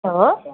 hello